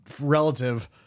relative